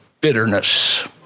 bitterness